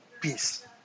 peace